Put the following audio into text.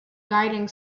guiding